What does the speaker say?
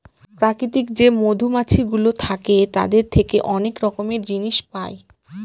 প্রাকৃতিক যে মধুমাছিগুলো থাকে তাদের থেকে অনেক রকমের জিনিস পায়